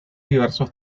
diversos